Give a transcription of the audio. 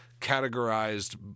categorized